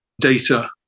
data